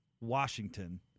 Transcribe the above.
Washington